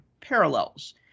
parallels